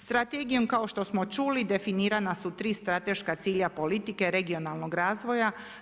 Strategijom, kao što smo čuli, definirana su 3 strateškog cilja politike, regionalnog razvoja.